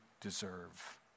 deserve